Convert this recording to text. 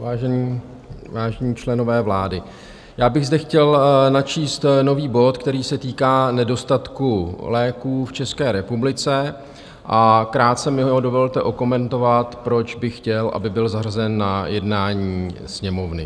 Vážení členové vlády, já bych zde chtěl načíst nový bod, který se týká nedostatku léků v České republice, a krátce mi ho dovolte okomentovat proč bych chtěl, aby byl zařazen na jednání Sněmovny.